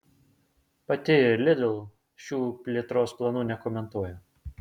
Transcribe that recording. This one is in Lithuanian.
pati lidl šių plėtros planų nekomentuoja